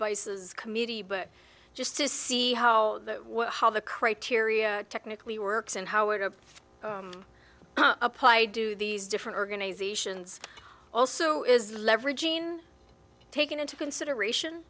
voices committee but just to see how how the criteria technically works and how would a apply do these different organizations also is the leveraging taken into consideration